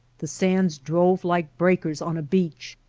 the sands drove like breakers on a beach,